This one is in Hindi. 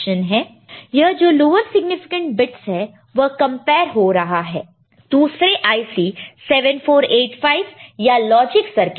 यह जो लोअर सिग्निफिकेंट बिट्स है वह कम्पिर हो रहा है दूसरे IC 7485 या लॉजिक सर्किट में